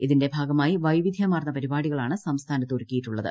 ഇതിന്റെ ഭാഗമായി വൈവിധ്യമാർന്ന പരിപാടികളാണ് സംസ്ഥാനത്ത് ഒരുക്കിയിട്ടുള്ളത്